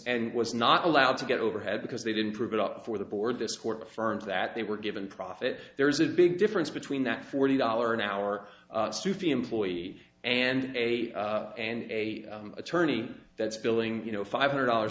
and was not allowed to get overhead because they didn't prove it up for the board this court affirms that they were given profit there's a big difference between that forty dollars an hour soofi employee and eight and a attorney that's billing you know five hundred dollars